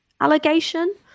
allegation